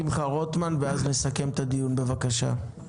שמחה רוטמן, ואז נסכם את הדיון, בבקשה.